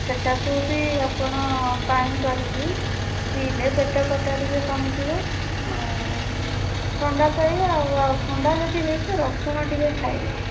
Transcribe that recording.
ସେଇଟାକୁ ବି ଆପଣ ପାଣି କରିକି ପିଇଲେ ପେଟ କଟା ଟିକିଏ କମିଯିବ ଥଣ୍ଡା ଥଣ୍ଡା ଯଦି ହେଇଛି ରସୁଣ ଟିକିଏ ଖାଇବେ